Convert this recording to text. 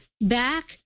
back